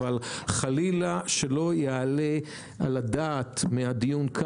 אבל חלילה שלא יעלה על הדעת מהדיון הזה